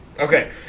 Okay